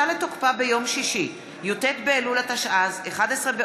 יואל חסון,